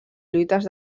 lluites